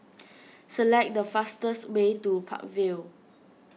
select the fastest way to Park Vale